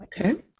Okay